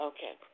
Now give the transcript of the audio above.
Okay